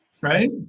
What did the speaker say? right